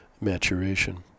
maturation